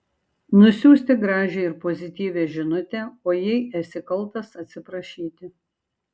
nusiųsti gražią ir pozityvią žinutę o jei esi kaltas atsiprašyti